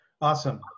Awesome